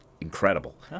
incredible